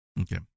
Okay